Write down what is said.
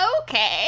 Okay